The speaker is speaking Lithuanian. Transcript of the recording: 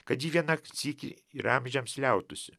kad ji vieną sykį ir amžiams liautųsi